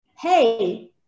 hey